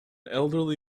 elderly